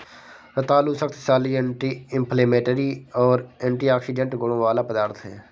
रतालू शक्तिशाली anti inflammatory और एंटीऑक्सीडेंट गुणों वाला पदार्थ है